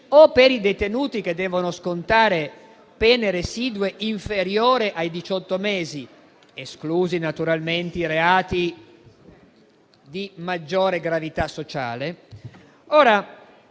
di semilibertà o che devono scontare pene residue inferiori ai diciotto mesi, esclusi naturalmente i reati di maggiore gravità sociale.